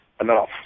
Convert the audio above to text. enough